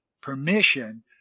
permission